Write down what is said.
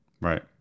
Right